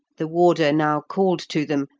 the warder now called to them,